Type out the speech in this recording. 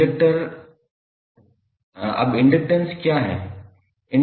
अब इंडक्टैंस क्या है